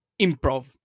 improv